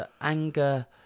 anger